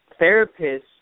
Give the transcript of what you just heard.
therapists